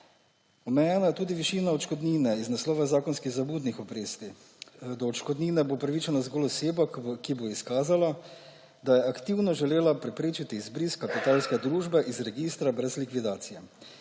Omejena je tudi višina odškodnine iz naslova zakonskih zamudnih obresti. Do odškodnine bo upravičena zgolj oseba, ki bo izkazala, da je aktivno želela preprečiti izbris kapitalske družbe iz registra brez likvidacije,